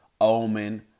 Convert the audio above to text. Omen